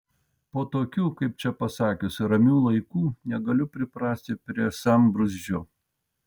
po tokių kaip čia pasakius ramių laikų negaliu priprasti prie sambrūzdžio